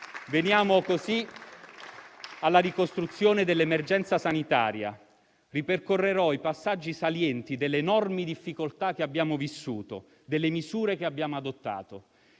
Veniamo così alla ricostruzione dell'emergenza sanitaria. Ripercorrerò i passaggi salienti delle enormi difficoltà che abbiamo vissuto e delle misure che abbiamo adottato.